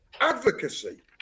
Advocacy